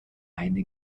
eine